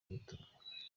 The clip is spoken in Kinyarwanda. tunga